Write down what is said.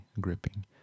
gripping